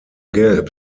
gelb